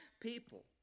people